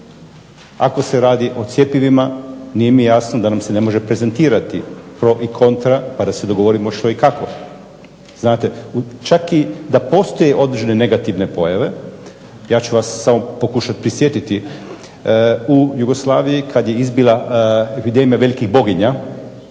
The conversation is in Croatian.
Ako se radi o cjepivima nije mi jasno da nam se ne može prezentirati pro i kontra pa da se dogovorimo što i kako. Znate čak i da postoje određene negativne pojave ja ću vas samo pokušati prisjetiti u Jugoslaviji kad je izbila epidemija velikih boginja